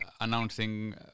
announcing